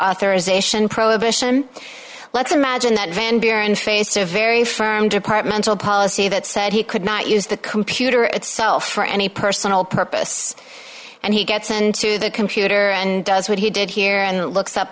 authorization prohibition let's imagine that van buren faced a very firm departmental policy that said he could not use the computer itself for any personal purpose and he gets into the computer and does what he did here and looks up